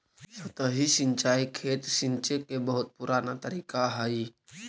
सतही सिंचाई खेत सींचे के बहुत पुराना तरीका हइ